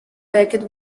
becket